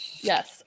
Yes